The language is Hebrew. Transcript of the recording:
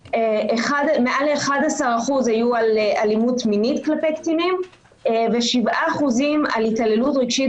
מעל ל-11% היו על אלימות מינית כלפי קטינים ו-7% על התעללות רגשית